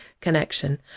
connection